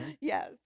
yes